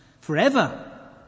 forever